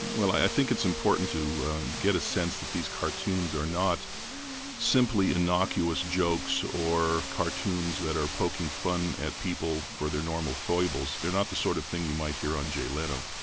well, i think it's important to get a sense that these cartoons are not simply innocuous jokes or cartoons that are poking fun at people for their normal foibles. they're not the sort of thing you might hear on jay leno.